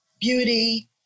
beauty